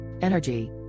Energy